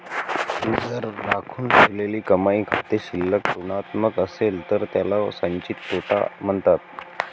जर राखून ठेवलेली कमाई खाते शिल्लक ऋणात्मक असेल तर त्याला संचित तोटा म्हणतात